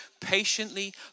patiently